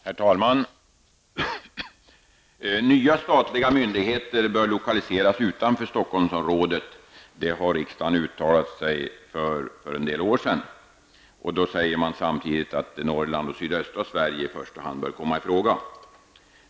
Herr talman! Nya statliga myndigheter bör lokaliseras utanför Stockholmsområdet. Det har riksdagen uttalat sig för för flera år sedan. Sverige i första hand bör komma i fråga.